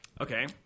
Okay